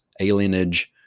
alienage